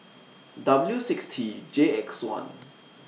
W six T J X one